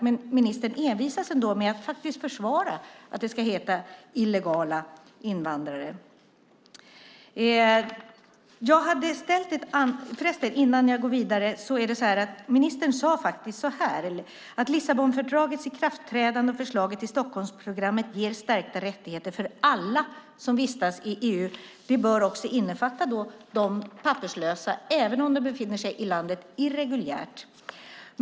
Men ministern envisas med att det ska heta illegala invandrare. Ministern sade att Lissabonfördragets ikraftträdande och förslaget i Stockholmsprogrammet ger stärkta rättigheter för alla som vistas i EU. Det bör innefatta också de papperslösa, även om de befinner sig i landet irreguljärt.